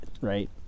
right